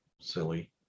silly